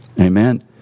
Amen